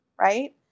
right